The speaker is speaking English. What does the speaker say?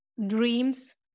Dreams